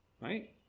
right